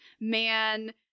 man